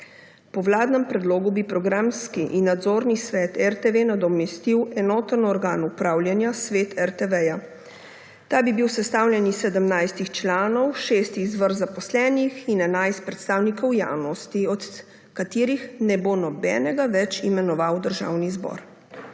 Po vladnem predlogu bi programski in nadzorni svet RTV nadomestil enoten organ upravljanja − svet RTV. Ta bi bil sestavljen iz sedemnajstih članov, šest iz vrst zaposlenih in 11 predstavnikov javnosti, od katerih ne bo nobenega več imenoval Državni zbor.